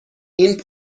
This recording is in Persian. این